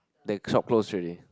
then shop close already